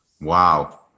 Wow